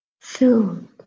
Filled